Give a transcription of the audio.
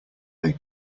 they